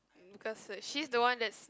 because she's the one that